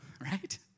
right